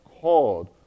called